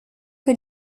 que